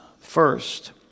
first